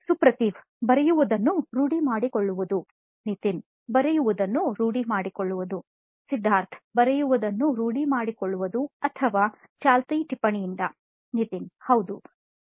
ಸುಪ್ರತಿವ್ ಬರೆಯುವುದನ್ನು ರೂಢಿ ಮಾಡಿಕೊಳ್ಳುವುದು ನಿತಿನ್ ಬರೆಯುವುದನ್ನು ರೂಢಿ ಮಾಡಿಕೊಳ್ಳುವುದು ಸಿದ್ಧಾರ್ಥ್ ಬರೆಯುವುದನ್ನು ರೂಢಿ ಮಾಡಿಕೊಳ್ಳುವುದು ಚಾಲ್ತಿ ಟಿಪ್ಪಣಿಯಿಂದ ನಿತಿನ್ ಹೌದು ಮತ್ತು